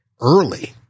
early